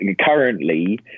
currently